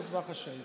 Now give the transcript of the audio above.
זו הצבעה חשאית.